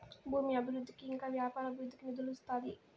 భూమి అభివృద్ధికి ఇంకా వ్యాపార అభివృద్ధికి నిధులు ఇస్తాది